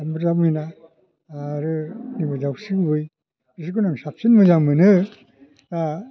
ओमफ्राय दाउ मैना आरो नैबे दाउस्रि गुबै बिसोरखौनो आं साबसिन मोजां मोनो